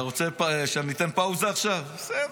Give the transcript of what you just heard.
אתה רוצה שאני אתן פאוזה עכשיו, בסדר.